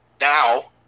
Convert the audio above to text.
now